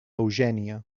eugènia